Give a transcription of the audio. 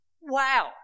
Wow